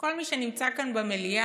כל מי שנמצא כאן במליאה